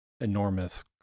enormous